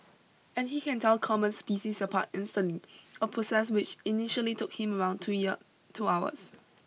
and he can tell common species apart instantly a process which initially took him around two year two hours